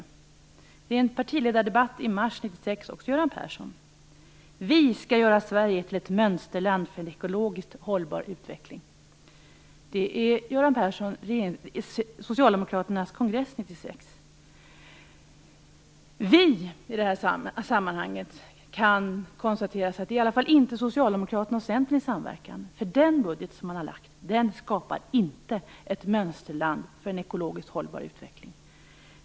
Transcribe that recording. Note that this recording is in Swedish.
Detta sades i en partiledardebatt i mars, också av Göran Persson. Vi skall göra Sverige till ett mönsterland för en ekologiskt hållbar utveckling, sade Göran Persson vid Socialdemokraternas kongress 1996. Det kan konstateras att vi i det här sammanhanget i alla fall inte är Socialdemokraterna och Centern i samverkan, för den budget som de har lagt fram skapar inte ett mönsterland för en ekologiskt hållbar utveckling.